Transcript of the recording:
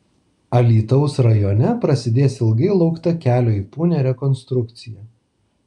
alytaus rajone prasidės ilgai laukta kelio į punią rekonstrukcija